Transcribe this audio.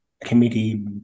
committee